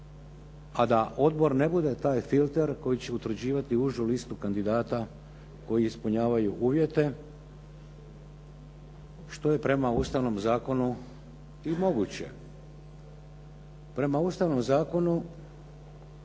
a da odbor ne bude taj filter koji će utvrđivati užu listu kandidata koji ispunjavaju uvjete što je prema ustavnom zakonu i moguće. Prema Ustavnom zakonu